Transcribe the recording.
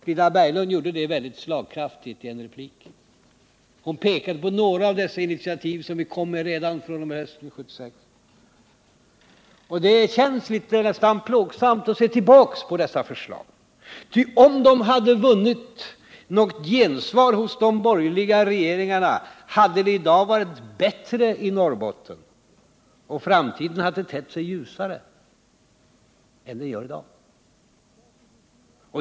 Frida Berglund redogjorde mycket slagkraftigt för detta i en replik. Hon pekade på några av de initiativ som vi kom med redan hösten 1976. Det känns nästan plågsamt att se tillbaka på dessa förslag. Om de hade vunnit gensvar hos de borgerliga regeringarna, hade det i dag varit bättre i Norrbotten, och framtiden hade tett sig ljusare än den gör i dag.